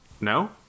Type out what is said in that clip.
no